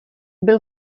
byl